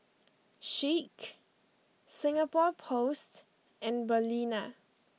Schick Singapore Post and Balina